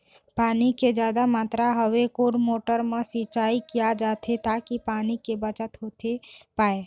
पानी के जादा मात्रा हवे कोन मोटर मा सिचाई किया जाथे ताकि पानी के बचत होथे पाए?